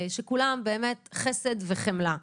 שכולן באמת חסד וחמלה.